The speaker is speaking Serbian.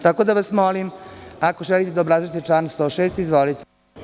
Tako da vas molim, ako želite da obrazložite član 106, izvolite.